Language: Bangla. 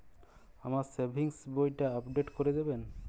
আমার সেভিংস বইটা আপডেট করে দেবেন?